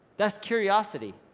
that's curiosity,